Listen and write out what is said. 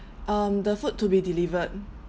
um the food to be delivered